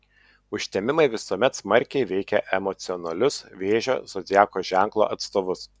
užtemimai visuomet smarkiai veikia emocionalius vėžio zodiako ženklo atstovus